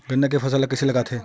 गन्ना के फसल ल कइसे लगाथे?